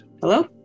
Hello